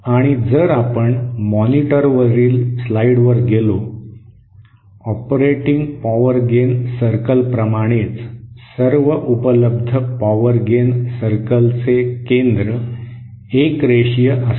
आणि जर आपण मॉनिटरवरील स्लाइड्सवर गेलो ऑपरेटिंग पॉवर गेन सर्कलप्रमाणेच सर्व उपलब्ध पॉवर गेन सर्कलचे केंद्र एकरेशिय असेल